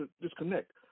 disconnect